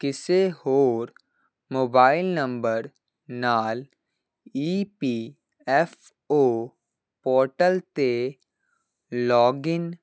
ਕਿਸੇ ਹੋਰ mobile number ਨਾਲ E P F O portal 'ਤੇ ਲੌਗਇਨ